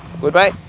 goodbye